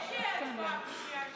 יש הצבעה בשנייה ושלישית.